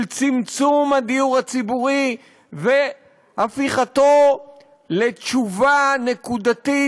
של צמצום הדיור הציבורי והפיכתו לתשובה נקודתית